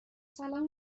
سلام